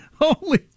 Holy